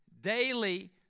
Daily